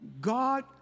God